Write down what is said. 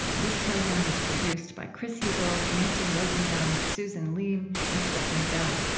this program is produced by chris heagle, nancy rosenbaum, susan leem, and stefni bell.